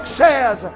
says